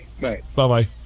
Bye-bye